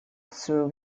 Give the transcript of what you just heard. through